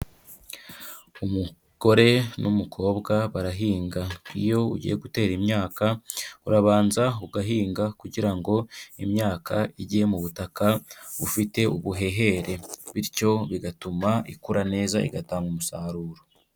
Umugore n'umukobwa barahinga. Iyo ugiye gutera imyaka, urabanza ugahinga kugira ngo imyaka ijye mu butaka bufite ubuhehere, bityo bigatuma ikura neza, igatanga umusaruro.